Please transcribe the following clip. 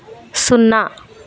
సున్నా